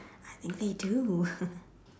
I think they do